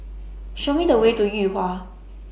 Show Me The Way to Yuhua